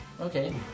okay